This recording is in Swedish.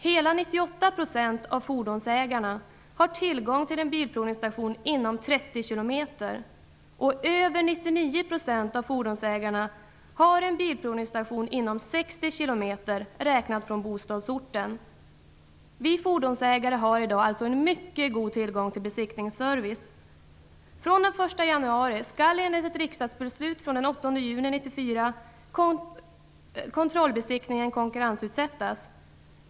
Hela 98 % av fordonsägarna har tillgång till en bilprovningsstation inom 30 km, och över 99 % av fordonsägarna har en bilprovningsstation inom 60 km, räknat från bostadsorten. Vi fordonsägare har alltså i dag en mycket god tillgång till besiktningsservice. Från den 1 januari 1995 skall enligt ett riksdagsbeslut från den 8 juni 1994 kontrollbesiktningen konkurrensutsättas.